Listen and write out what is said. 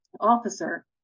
officer